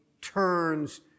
turns